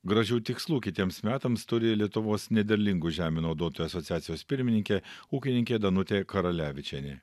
gražių tikslų kitiems metams turi lietuvos nederlingų žemių naudotojų asociacijos pirmininkė ūkininkė danutė karalevičienė